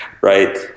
right